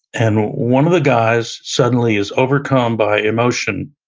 and one of the guys suddenly is overcome by emotion